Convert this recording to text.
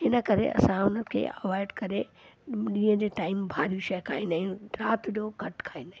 हिन करे असां हुनखे अवॉइड करे ॾींहं जे टाइम भारी शइ खाईंदा आहियूं राति जो घटि खाईंदा आहियूं